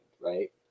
right